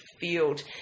field